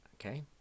okay